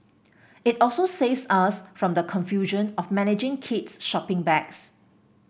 it also saves us from the confusion of managing kids shopping bags